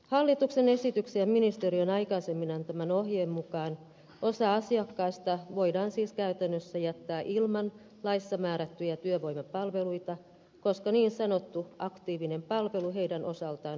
hallituksen esitykseen ministeriön aikaisemmin antaman ohjeen mukaan osa asiakkaista voidaan siis käytännössä jättää ilman laissa määrättyjä työvoimapalveluita koska niin sanottu aktiivinen palvelu heidän osaltaan on lopetettu